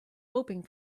hoping